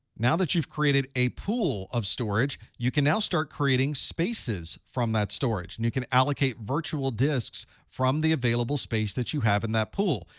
now that you've created a pool of storage, you can now start creating spaces from that storage. and you can allocate virtual disks from the available space that you have in that pool.